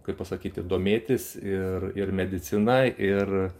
kaip pasakyti domėtis ir ir medicina ir